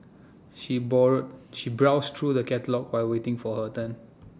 she bore she browsed through the catalogues while waiting for her turn